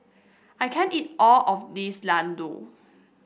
I can't eat all of this Ladoo